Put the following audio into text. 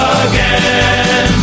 again